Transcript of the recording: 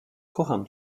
kocham